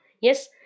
yes